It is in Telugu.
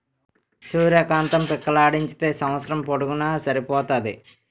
సూర్య కాంతం పిక్కలాడించితే సంవస్సరం పొడుగునూన సరిపోతాది